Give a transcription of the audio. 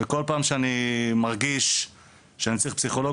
כל פעם שאני מרגיש שאני צריך פסיכולוג,